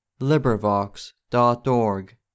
LibriVox.org